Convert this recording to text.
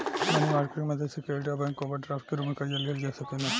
मनी market के मदद से क्रेडिट आ बैंक ओवरड्राफ्ट के रूप में कर्जा लिहल जा सकेला